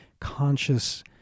conscious